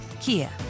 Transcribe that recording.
Kia